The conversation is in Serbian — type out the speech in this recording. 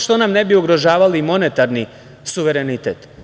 Što nam ne bi ugrožavali monetarni suverenitet?